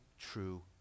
true